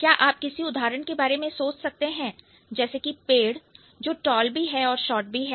क्या आप किसी उदाहरण के बारे में सोच सकते हैं जैसे कि पेड़ जो टॉल भी है और शार्ट भी है